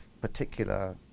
particular